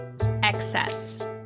excess